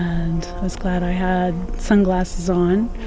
and i was glad i had sunglasses on.